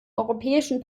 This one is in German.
europäischen